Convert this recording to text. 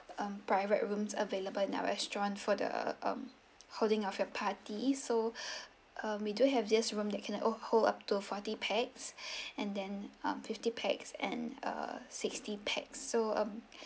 um private rooms available in our restaurant for the um holding of your party so uh we do have this room that can oh hold up to forty pax and then um fifty pax and uh sixty pax so um